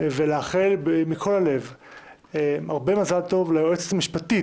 אז אנחנו רואים את הרביזיה כאילו נדחתה.